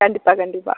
கண்டிப்பாக கண்டிப்பாக